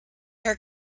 her